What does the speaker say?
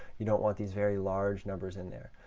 you don't want these very large numbers in there.